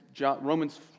Romans